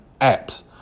apps